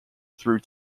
through